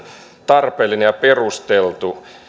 tarpeellinen ja perusteltu